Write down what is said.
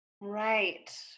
right